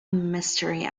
mystery